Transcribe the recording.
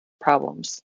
problems